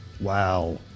Wow